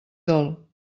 dol